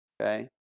okay